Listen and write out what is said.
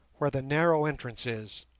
where the narrow entrance is.